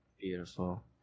Beautiful